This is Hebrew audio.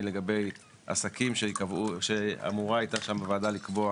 לגבי עסקים שאמורה הייתה שם הוועדה לקבוע